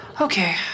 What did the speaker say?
Okay